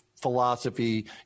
philosophy